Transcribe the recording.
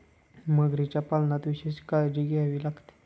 मगरीच्या पालनात विशेष काळजी घ्यावी लागते